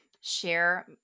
share